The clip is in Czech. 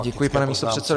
Děkuji, pane místopředsedo.